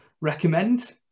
recommend